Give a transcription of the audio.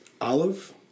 olive